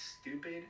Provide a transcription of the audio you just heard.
stupid